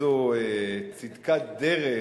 איזו צדקת דרך.